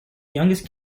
youngest